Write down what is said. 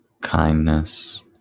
kindness